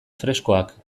freskoak